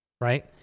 right